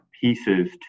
pieces